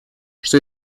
что